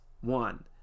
one